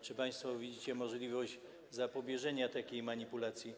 Czy państwo widzicie możliwość zapobieżenia takiej manipulacji?